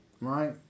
right